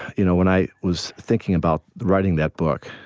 you know when i was thinking about writing that book,